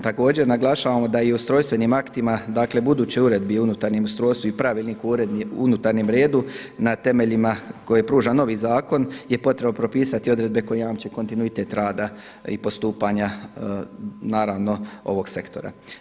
Također naglašavamo da i u ustrojstvenim aktima dakle budućih uredbi, unutarnjem ustrojstvu i Pravilniku o unutarnjem redu na temeljima koje pruža novi zakon je potrebno propisati odredbe koje jamče kontinuitet rada i postupanja naravno ovog sektora.